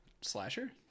slasher